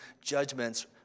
judgments